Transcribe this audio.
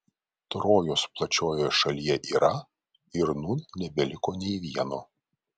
trojos plačiojoje šalyje yra ir nūn nebeliko nė vieno